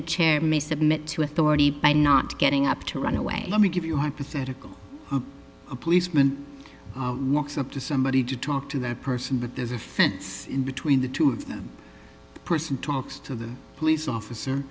a chair may submit to authority by not getting up to run away let me give you hypothetical a policeman walks up to somebody to talk to that person that there's a fence between the two of them the person talks to the police officer